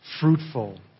fruitful